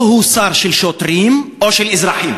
או שהוא שר של שוטרים, או של אזרחים.